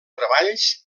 treballs